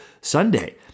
Sunday